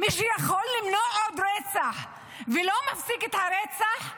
מי שיכול למנוע עוד רצח ולא מפסיק את הרצח,